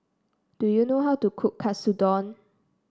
do you know how to cook Katsudon